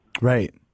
Right